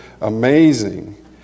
amazing